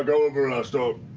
and over and i start